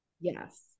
Yes